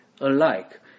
alike